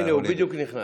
הינה, הוא בדיוק נכנס.